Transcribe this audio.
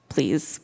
Please